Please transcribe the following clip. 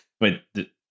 Wait